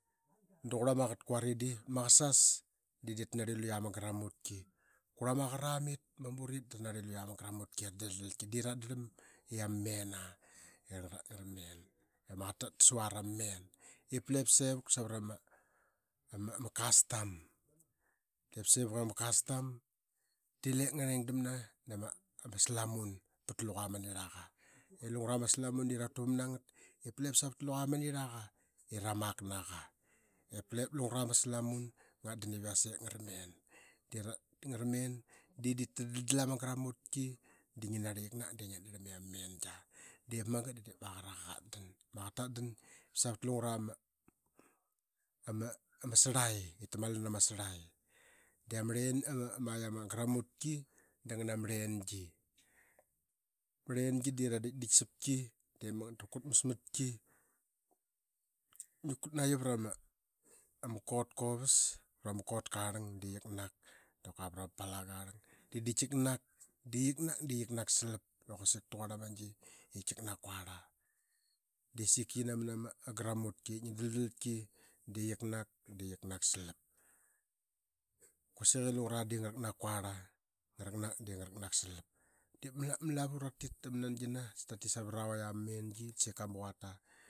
Da gurla ma qaqet kuari di vat ma qasa de diip tar narli luya ma gramut ki. Quarla ma qaqara amit dama burit da ra narli luya ma gramutki era daldalki era deratdrlam i ama men aa era men i ama qaqet ta sua ra mamen ip lep ip sevuk savra ma custom. Sevuki i ama custom de lep ngareng damna salamut pat luqa ma nirlaqa. Lungra ma slamun de ra tuvam na ngat ip lep savat liqa ma nirlaqa. Lungar ama slamun de ra tuvam nangat ip lep savat luga ma nirlaqa i ra mak naqa. Lep lungra ma slamun ngat dan yase ip ngara men dera ngara men. Diip ta daldal ama gramuki da ngi narli qiknak de ngiat darlam i ama mengia. Diip magat da ma qaqet tat dan savat lungra ama sarlai ip tamali na lugra ma sarlai. Diip ama gramutki da ngana ma rlengi. Ama rlengi de ra dik dik sap ki diip magat da ra kutmas matki. Ngi kut naqi vrama kotka ovas dap kua vra ma kotka arlang da qaknak dap kua vrama pulangarlang. De dip kiknak de qiknak de kiknak de salap. Qauasik tagurl ama gi ip kiknak kuarla. De sika qi namana ma gramutki ip ngi daldalki de qiknak, de qiknak salap. Kausik i lungra de ngaraknak kuarla. Ngarak de ngaraknak salap. Dap ma lavu ra tit ama nangina ratit savarara vaik ama mengi. Da seka ma quata.